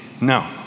No